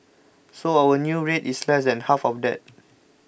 so our new rate is less than half of that